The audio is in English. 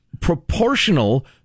proportional